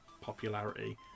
popularity